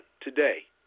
today